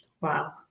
Wow